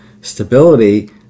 stability